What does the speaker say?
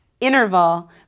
interval